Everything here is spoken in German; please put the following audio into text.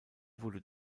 wurde